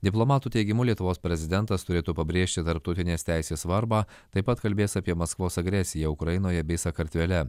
diplomatų teigimu lietuvos prezidentas turėtų pabrėžti tarptautinės teisės svarbą taip pat kalbės apie maskvos agresiją ukrainoje bei sakartvele